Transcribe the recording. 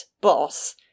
boss